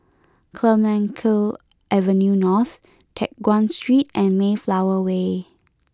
Clemenceau Avenue North Teck Guan Street and Mayflower Way